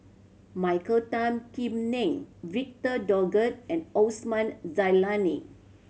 Michael Tan Kim Nei Victor Doggett and Osman Zailani